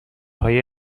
های